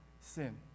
sin